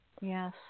Yes